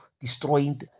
destroying